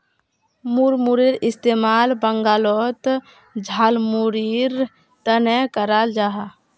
मुड़मुड़ेर इस्तेमाल बंगालोत झालमुढ़ीर तने कराल जाहा